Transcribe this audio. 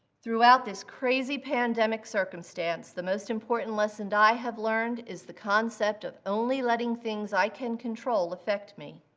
throughout this crazy pandemic circumstance, the most important lesson i have learned is the concept of only letting things i can control affect me.